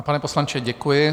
Pane poslanče, děkuji.